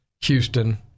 Houston